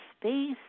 space